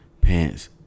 pants